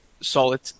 solid